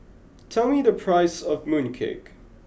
tell me the price of Mooncake